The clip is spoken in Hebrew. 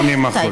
למה?